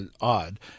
odd